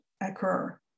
occur